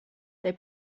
they